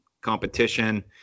competition